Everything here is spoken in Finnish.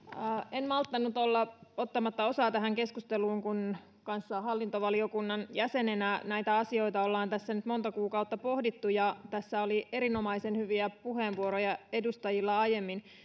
en malttanut olla ottamatta osaa tähän keskusteluun kun kanssa hallintovaliokunnan jäseninä näitä asioita ollaan tässä nyt monta kuukautta pohdittu tässä oli erinomaisen hyviä puheenvuoroja edustajilla aiemmin